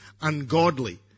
ungodly